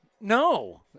No